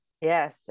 Yes